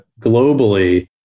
globally